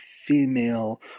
female